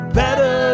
better